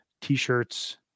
T-shirts